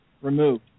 removed